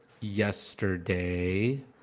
yesterday